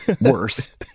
worse